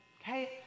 okay